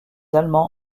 allemands